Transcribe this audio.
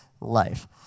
life